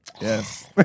Yes